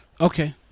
okay